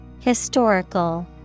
historical